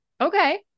Okay